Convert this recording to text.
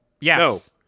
Yes